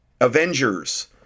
Avengers